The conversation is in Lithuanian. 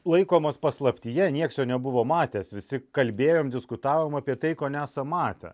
laikomas paslaptyje nieks jo nebuvo matęs visi kalbėjom diskutavom apie tai ko nesam matę